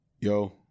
Yo